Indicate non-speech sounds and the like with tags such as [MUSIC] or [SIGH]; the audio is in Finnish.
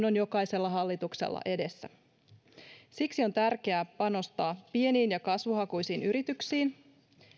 [UNINTELLIGIBLE] on jokaisella hallituksella edessä siksi on tärkeää panostaa pieniin ja kasvuhakuisiin yrityksiin